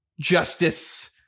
justice